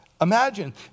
imagine